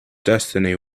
destiny